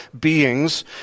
beings